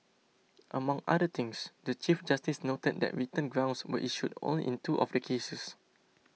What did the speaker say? among other things the Chief Justice noted that written grounds were issued only in two of the cases